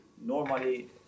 normally